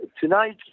Tonight